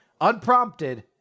Unprompted